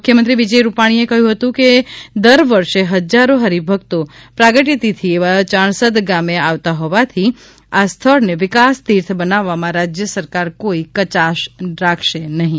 મુખ્યમંત્રી વિજયભાઇ રૂપાણી એ કહ્યું હતું કેદર વર્ષે હજારો હરિભક્તો પ્રાગટ્યતિથી એવા યાણસદ ગામે આવતા હોવાથી આ સ્થળને વિકાસ તીર્થ બનાવવામાં રાજ્ય સરકાર કોઇ કયાશ રાખશે નહિં